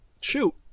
Shoot